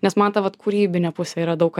nes man ta vat kūrybinė pusė yra daug